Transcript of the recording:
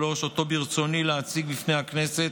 2023, שאותו ברצוני להציג בפני הכנסת,